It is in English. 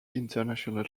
international